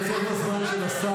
לקצר את הזמן של השר,